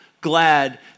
glad